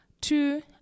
two